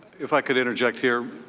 if i could interject here,